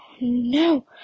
no